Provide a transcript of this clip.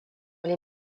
les